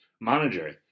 manager